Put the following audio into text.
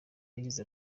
yagize